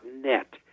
net